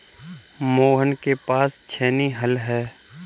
मोहन के पास छेनी हल है